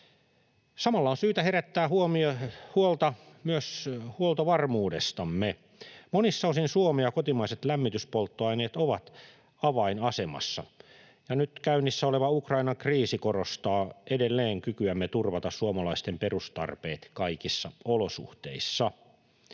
Samalla on syytä herättää huolta myös huoltovarmuudestamme. Monissa osin Suomea kotimaiset lämmityspolttoaineet ovat avainasemassa, ja nyt käynnissä oleva Ukrainan kriisi korostaa edelleen kykyämme turvata suomalaisten perustarpeet kaikissa olosuhteissa.